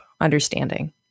understanding